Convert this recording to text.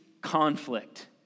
conflict